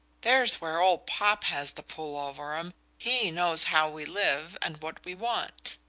there's where old popp has the pull over em he knows how we live and what we want.